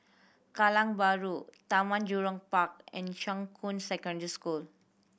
Kallang Bahru Taman Jurong Park and Shuqun Secondary School